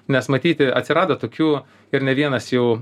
nes matyti atsirado tokių ir ne vienas jų